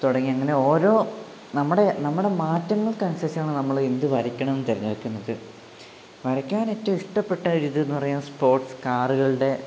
തുടങ്ങി അങ്ങനെ ഓരോ നമ്മുടെ നമ്മുടെ മാറ്റങ്ങൾക്കനുസരിച്ചാണ് നമ്മൾ എന്തു വരയ്ക്കണം എന്നു തിരഞ്ഞെടുക്കുന്നത് വരയ്ക്കാൻ ഏറ്റവും ഇഷ്ടപ്പെട്ട ഒരു ഇത് എന്നുപറയുന്നത് സ്പോർട്സ് കാറുകളുടെ